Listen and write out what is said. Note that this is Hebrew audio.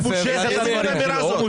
איזה מין אמירה הזאת?